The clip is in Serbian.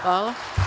Hvala.